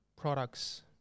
products